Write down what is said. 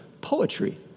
poetry